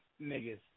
niggas